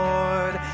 Lord